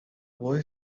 boy